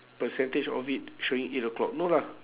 percentage of it showing eight o'clock no lah